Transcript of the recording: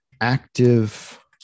active